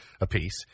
apiece